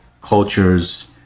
cultures